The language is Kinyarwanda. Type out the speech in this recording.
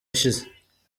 ishize